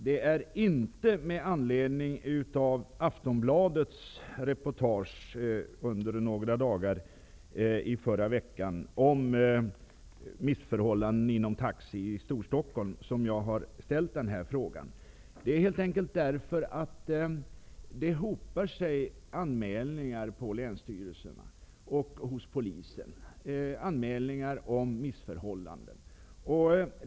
Det är inte med anledning av att Aftonbladets under några dagar i förra veckan gjorda reportage om missförhållandena inom taxibranschen i Storstockholm som jag har ställt den här frågan. Det är helt enkelt därför att Länsstyrelserna och polisen överhopas med anmälningar om missförhållanden.